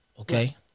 Okay